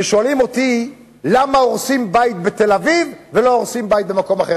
שואלים אותי למה הורסים בית בתל-אביב ולא הורסים בית במקום אחר.